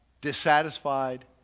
dissatisfied